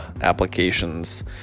applications